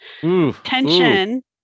tension